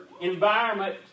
environment